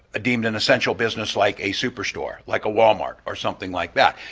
deemed an essential business like a superstore like a wal-mart or something like that.